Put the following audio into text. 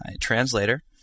translator